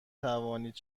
توانید